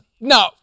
No